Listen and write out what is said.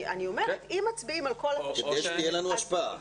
אני אומרת שאם מצביעים על כל --- כדי שתהיה לנו השפעה.